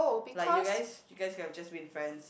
like you guys you guys could've just been friends